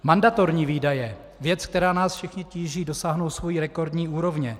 Mandatorní výdaje, věc, která nás všechny tíží, dosáhnou své rekordní úrovně.